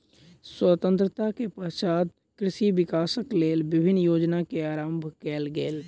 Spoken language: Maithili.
स्वतंत्रता के पश्चात कृषि विकासक लेल विभिन्न योजना के आरम्भ कयल गेल